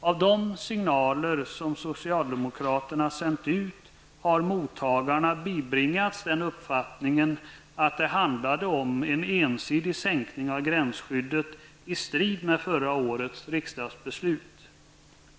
Av de signaler som socialdemokraterna sänt ut, har mottagarna bibringats den uppfattningen att det handlade om en ensidig sänkning av gränsskyddet i strid med förra årets riksdagsbeslut.